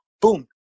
boom